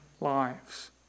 lives